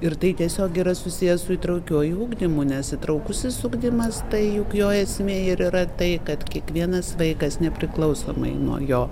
ir tai tiesiog yra susiję su įtraukiuoju ugdymu nes įtraukusis ugdymas tai juk jo esmė ir yra tai kad kiekvienas vaikas nepriklausomai nuo jo